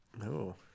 No